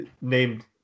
named